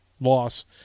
loss